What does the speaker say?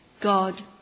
God